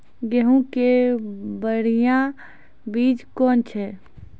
गेहूँ के बढ़िया बीज कौन छ?